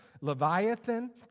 Leviathan